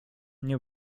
nie